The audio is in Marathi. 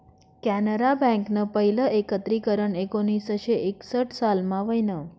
कॅनरा बँकनं पहिलं एकत्रीकरन एकोणीसशे एकसठ सालमा व्हयनं